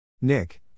Nick